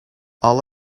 all